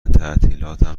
تعطیلاتم